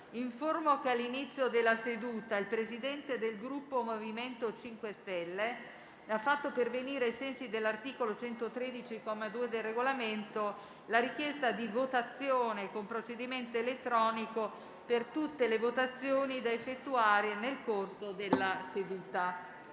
che all'inizio della seduta il Presidente del Gruppo MoVimento 5 Stelle ha fatto pervenire, ai sensi dell'articolo 113, comma 2, del Regolamento, la richiesta di votazione con procedimento elettronico per tutte le votazioni da effettuare nel corso della seduta.